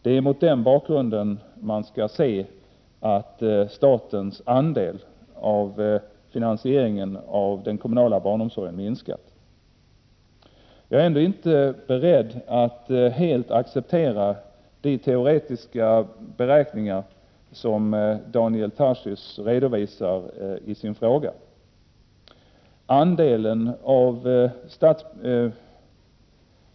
Det är mot den bakgrunden man skall se att statens andel av finansieringen av den kommunala barnomsorgen minskat. Jag är ändå inte beredd att helt acceptera de teoretiska beräkningar som Daniel Tarschys redovisar i sin fråga.